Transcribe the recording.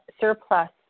surplus